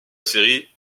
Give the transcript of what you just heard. série